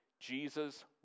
Jesus